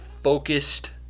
focused